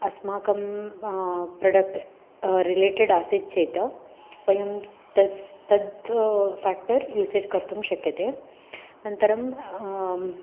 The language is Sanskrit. अस्माकं प्रोडक्ट् रिलेटेड् आसीत् चेत् वयं तस्य तत् फ़ेक्टर् यूसेज् कर्तुं शक्यते अनन्तरं